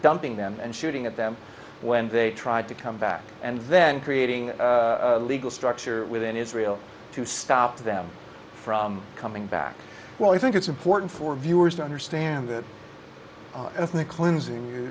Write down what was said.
dumping them and shooting at them when they tried to come back and then creating a legal structure within israel to stop them from coming back well i think it's important for viewers to understand that and the cleansing